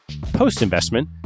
Post-investment